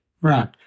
Right